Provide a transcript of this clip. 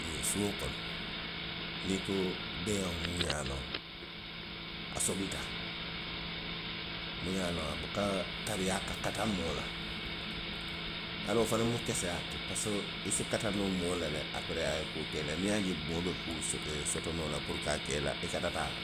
Niŋ suo kono. niŋ i ko beeyaŋo miŋ ye a loŋ a sobita. miŋ ye a loŋ a buka tariyaa ka kata moo la. i ye a loŋ fo fanaŋ mu keseyaa le ti. parisiko i si kata noo moo la, aperee a ye naa a ye kuu ke i la. Niŋ i ye a je moo be ku, kuu soto noo la i la puru ka a ke i la. i kata a la le.